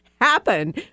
happen